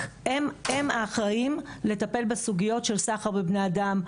הם האחראים לטפל בסוגיות של סחר בבני אדם,